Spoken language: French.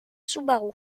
subaru